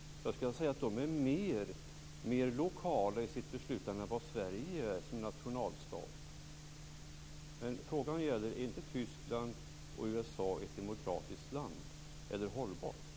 Jag skulle vilja säga att de är mer lokala i sitt beslutande än vad Sverige är som nationalstat. Frågan gäller om inte Tyskland och USA är demokratiska eller ekologiskt hållbara länder?